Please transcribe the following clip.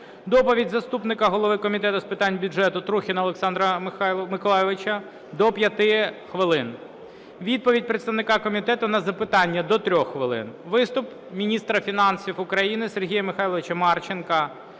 доповідь заступника голови Комітету з питань бюджету Трухіна Олександра Миколайовича – до 5 хвилин; відповідь представника комітету на запитання – до 3 хвилин; виступ міністра фінансів України Сергія Михайловича Марченка